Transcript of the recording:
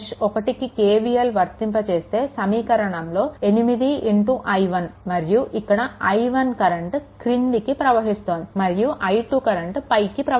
మెష్1 KVL వర్తింపచేస్తే సమీకరణంలో 8i1 మరియు ఇక్కడ i1 కరెంట్ క్రిందికి ప్రవహిస్తోంది మరియు i2 కరెంట్ పైకి ప్రవహిస్తోంది